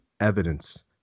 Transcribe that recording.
Evidence